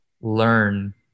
learn